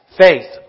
faith